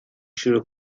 شروع